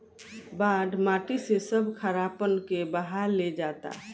बाढ़ माटी से सब खारापन के बहा ले जाता